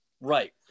Right